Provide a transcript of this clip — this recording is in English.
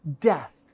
Death